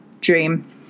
dream